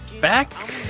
back